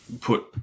put